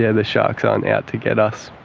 yeah the sharks aren't out to get us.